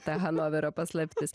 ta hanoverio paslaptis